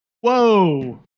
Whoa